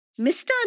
Mr